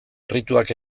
errituak